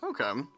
Okay